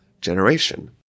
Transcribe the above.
generation